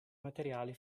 materiali